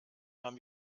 haben